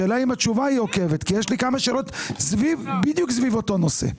השאלה אם התשובה עוקבת כי יש לי כמה שאלות בדיוק סביב אותו נושא.